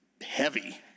heavy